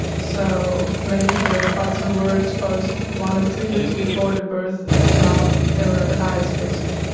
so mainly the fathers who were exposed one or two years before the birth of the child, they were at highest risk.